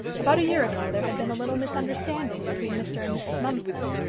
about a year ago there had been a little misunderstanding between mr. and mrs. mumford,